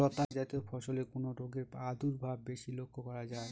লতাজাতীয় ফসলে কোন রোগের প্রাদুর্ভাব বেশি লক্ষ্য করা যায়?